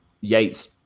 yates